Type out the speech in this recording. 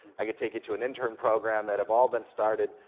i could take you to an intern program that have all been started,